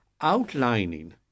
outlining